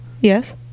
Yes